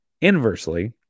Inversely